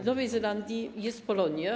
W Nowej Zelandii jest Polonia.